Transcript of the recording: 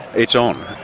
it's on.